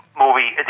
movie